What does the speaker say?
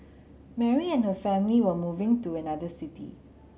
Mary and her family were moving to another city